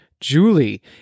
Julie